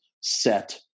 set